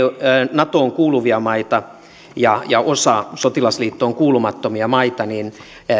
natoon kuuluvia maita ja ja osa sotilasliittoon kuulumattomia maita niin